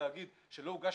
להגיד שלא הוגש